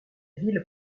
ville